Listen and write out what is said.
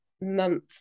month